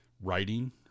writing